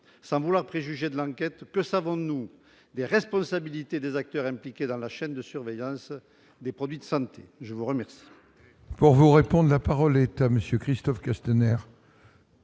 sans vouloir préjuger des résultats de l'enquête, que savons-nous des responsabilités des acteurs impliqués dans la chaîne de surveillance des produits de santé ? La parole